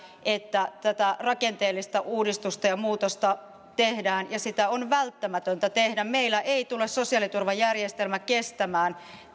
että tätä rakenteellista uudistusta ja muutosta tehdään ja sitä on välttämätöntä tehdä meillä ei tule sosiaaliturvajärjestelmä kestämään